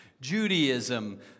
Judaism